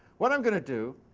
what i'm going to do